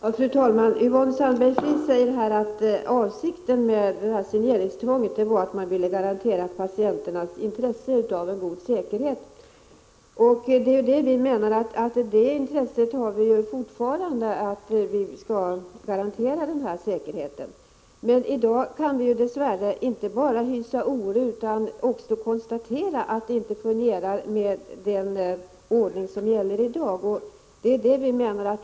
Fru talman! Yvonne Sandberg-Fries säger att avsikten med signeringstvånget är att garantera att patienternas intresse av god säkerhet tas till vara. Även vi menar att det finns ett intresse att garantera säkerheten. Men i dag kan vi dess värre inte bara hysa oro utan också konstatera att den ordning som gäller inte fungerar.